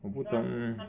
我不 d~ mm